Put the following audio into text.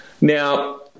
Now